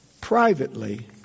privately